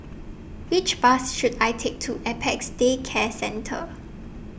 Which Bus should I Take to Apex Day Care Centre